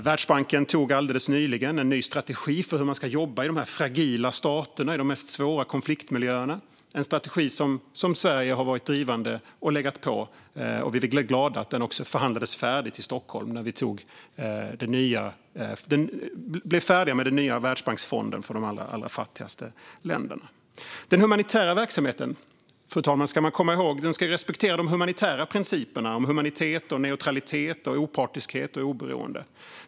Världsbanken antog alldeles nyligen en ny strategi för hur man ska jobba i de fragila staterna i de svåraste konfliktmiljöerna, en strategi som Sverige har varit drivande och legat på för. Vi blev också glada att den förhandlades färdigt i Stockholm när vi blev färdiga med den nya Världsbanksfonden för de allra fattigaste länderna. Fru talman! Man ska komma ihåg att den humanitära verksamheten ska respektera de humanitära principerna om humanitet, neutralitet, opartiskhet och oberoende.